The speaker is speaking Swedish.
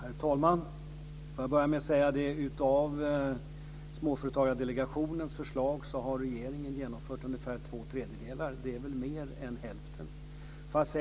Herr talman! Låt mig först säga att av Småföretagsdelegationens förslag har regeringen genomfört ungefär två tredjedelar, det är väl mer än hälften.